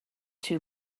two